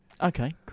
Okay